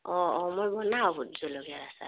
অঁ অঁ মই বনাওঁ ভোট জলকীয়াৰ আচাৰ